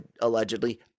allegedly